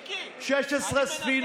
מיקי,